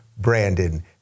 Brandon